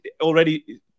already